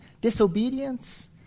disobedience